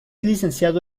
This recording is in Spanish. licenciado